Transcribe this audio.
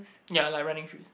ya like running shoes